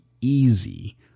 easy